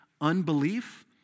unbelief